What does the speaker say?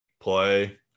play